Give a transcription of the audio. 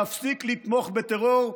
תפסיק לתמוך בטרור,